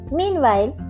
meanwhile